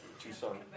Tucson